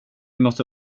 måste